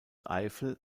eifel